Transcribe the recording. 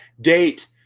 date